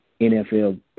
NFL